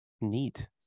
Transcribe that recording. Neat